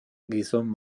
gizon